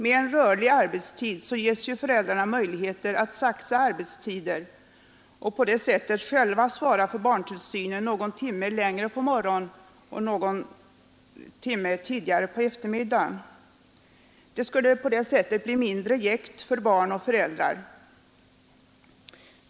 Med en rörlig arbetstid ges föräldrarna möjligheter att saxa sina arbetstider och själva svara för barntillsynen någon timme längre på morgonen och någon timme tidigare på eftermiddagen. Det skulle på det sättet bli mindre jäkt för barn och föräldrar.